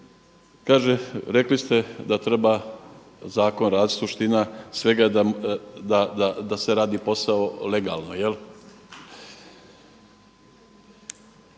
evo, rekli ste da treba zakon raditi. Suština svega je da se radi posao legalno. Ja